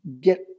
get